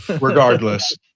regardless